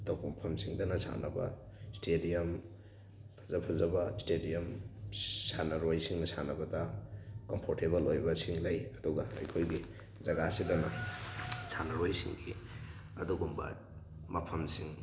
ꯑꯇꯣꯞꯄ ꯃꯐꯝꯁꯤꯡꯗꯅ ꯁꯥꯟꯅꯕ ꯏꯁꯇꯦꯗꯤꯌꯝ ꯐꯖ ꯐꯖꯕ ꯏꯁꯇꯦꯗꯤꯌꯝ ꯁꯥꯟꯅꯔꯣꯏꯁꯤꯡꯅ ꯁꯥꯟꯅꯕꯗ ꯀꯝꯐꯣꯔꯇꯦꯕꯜ ꯑꯣꯏꯕꯁꯤꯡ ꯂꯩ ꯑꯗꯨꯒ ꯑꯩꯈꯣꯏꯒꯤ ꯖꯒꯥꯁꯤꯗꯅ ꯁꯥꯟꯅꯔꯣꯏꯁꯤꯡꯒꯤ ꯑꯗꯨꯒꯨꯝꯕ ꯃꯐꯝꯁꯤꯡ